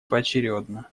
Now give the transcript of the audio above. поочередно